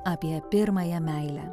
apie pirmąją meilę